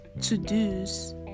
to-dos